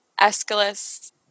Aeschylus